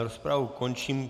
Rozpravu končím.